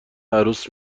عروس